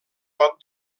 pot